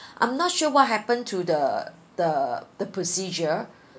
I'm not sure what happened to the the the procedure